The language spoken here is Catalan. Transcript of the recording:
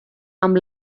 amb